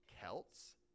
Celts